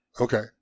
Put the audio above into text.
Okay